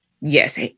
Yes